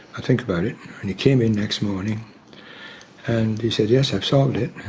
i'll think about it. and he came in next morning and he said, yes, i've solved it.